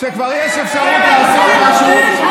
כשכבר יש אפשרות לעשות משהו,